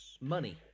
money